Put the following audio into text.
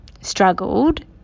struggled